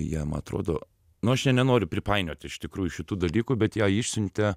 jam atrodo nu aš čia nenoriu pripainioti iš tikrųjų šitų dalykų bet ją išsiuntė